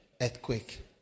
earthquake